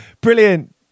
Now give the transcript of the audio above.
Brilliant